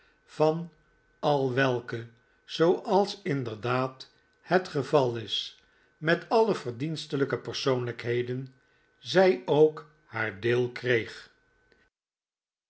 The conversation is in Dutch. van al welke zooals inderdaad het geval is met alle verdienstelijke persoonlijkheden zij ook haar deel kreeg